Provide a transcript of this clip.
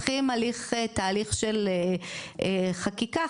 כשמנתחים תהליך של חקיקה,